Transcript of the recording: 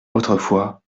autrefois